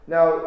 Now